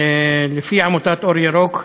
לפי עמותת "אור ירוק",